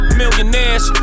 millionaires